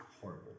horrible